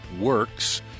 Works